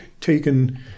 taken